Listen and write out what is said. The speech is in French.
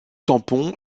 tampon